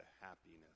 happiness